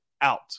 out